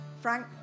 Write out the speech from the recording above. Frank